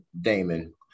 damon